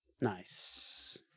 Nice